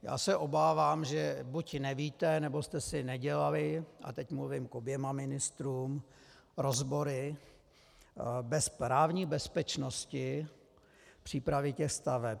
Já se obávám, že buď nevíte, nebo jste si nedělali a teď mluvím k oběma ministrům rozbory právní bezpečnosti přípravy těch staveb.